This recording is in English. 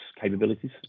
capabilities